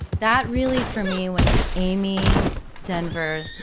that really for me, when amy denver,